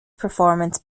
performance